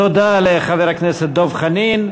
תודה לחבר הכנסת דב חנין.